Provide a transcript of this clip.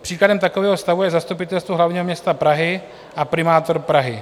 Příkladem takového stavu je Zastupitelstvo hlavního města Prahy a primátor Prahy.